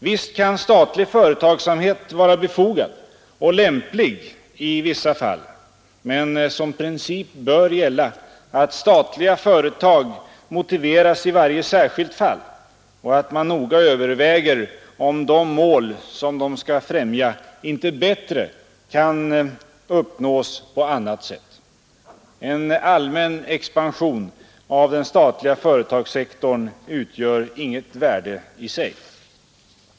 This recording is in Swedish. Visst kan statlig företagsamhet vara befogad och lämplig i vissa fall, men som princip bör gälla att statliga företag motiveras i varje särskilt fall och att man noga överväger om de mål som de skall främja inte bättre kan uppnås på annat sätt. En allmän expansion av den statliga företagssektorn utgör inget värde i sig.